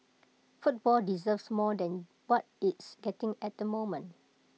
football deserves more than what it's getting at the moment